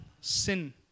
sin